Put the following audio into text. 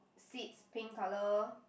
seats pink colour